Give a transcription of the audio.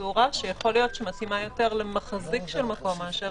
זו הוראה שמתאימה יותר למחזיק של מקום מאשר